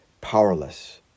powerless